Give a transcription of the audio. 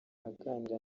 aganira